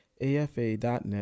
afa.net